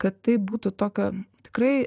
kad tai būtų tokio tikrai